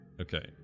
Okay